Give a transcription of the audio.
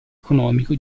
economico